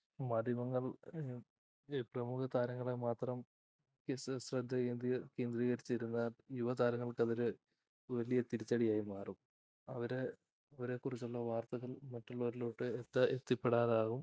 മാധ്യമങ്ങൾ ഈ പ്രമുഖ താരങ്ങളേ മാത്രം ശ്രദ്ധ കേന്ദ്രീകരിച്ചിരുന്നാൽ യുവതാരങ്ങൾക്കതൊരു വലിയ തിരിച്ചടിയായി മാറും അവര് അവരെക്കുറിച്ചുള്ള വാർത്തകൾ മറ്റുള്ളവരിലോട്ട് എത്തിപ്പെടാതാകും